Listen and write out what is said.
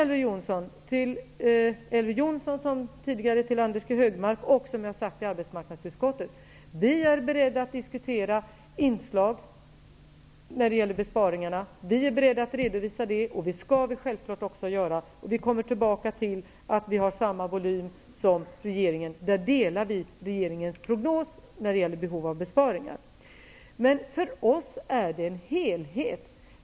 Jag har sagt i arbetsmarknadsutskottet, till Elver Jonsson och Anders G Högmark, att vi är beredda att diskutera olika inslag när det gäller besparingar och att vi är beredda att redovisa det. Självfallet skall vi också göra det. Vi har kommit fram till samma volymer som regeringen. Vi delar regeringens prognos när det gäller behov av besparingar. Men för oss är det helheten som gäller.